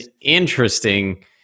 interesting